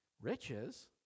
Riches